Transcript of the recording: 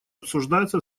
обсуждается